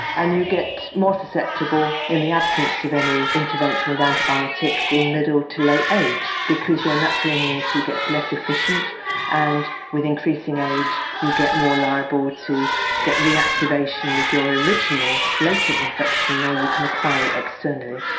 and you get more susceptible in the absence of any intervention with antibiotics in middle to late age because your natural immunity gets less efficient and with increasing age you get more liable to get reactivation of your original latent infection or you can acquire it externally.